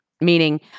Meaning